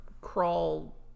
crawl